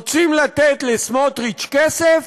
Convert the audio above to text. רוצים לתת לסמוטריץ כסף?